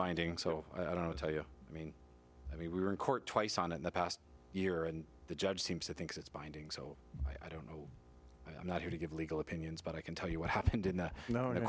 binding so i don't tell you i mean i mean we were in court twice on in the past year and the judge seems to think it's binding so i don't know i'm not here to give legal opinions but i can tell you what happened in the